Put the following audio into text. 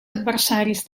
adversaris